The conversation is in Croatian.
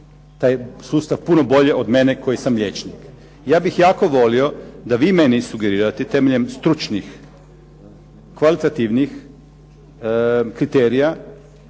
taj sustav puno bolje od mene koji sam liječnik. Ja bih jako volio da vi meni sugerirate temeljem stručnih, kvalitativnih kriterija